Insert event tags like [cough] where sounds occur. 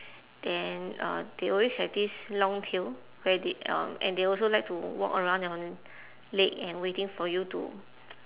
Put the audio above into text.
then uh they always have this long tail where they um and they also like to walk around your leg and waiting for you to [noise]